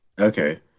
Okay